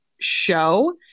show